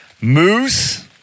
Moose